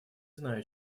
знаю